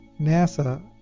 NASA